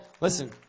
Listen